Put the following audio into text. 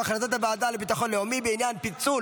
15 בעד,